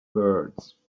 birds